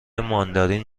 ماندارین